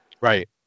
Right